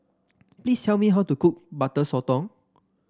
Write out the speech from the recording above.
please tell me how to cook Butter Sotong